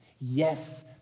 Yes